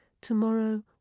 Tomorrow